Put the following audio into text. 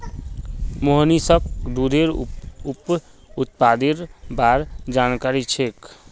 मोहनीशक दूधेर उप उत्पादेर बार जानकारी छेक